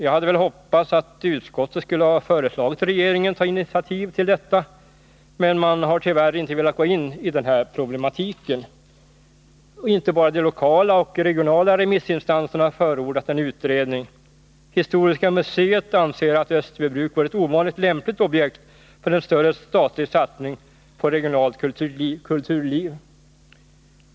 Jag hade väl hoppats att utskottet skulle ha föreslagit regeringen att ta initiativ till detta, men man har tyvärr inte velat gå in i den här problematiken. Inte bara de lokala och regionala remissinstanserna har förordat en utredning. Historiska museet anser att Österbybruk vore ett ovanligt lämpligt objekt för en större statlig satsning på regionalt kulturliv.